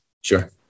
Sure